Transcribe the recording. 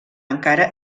encara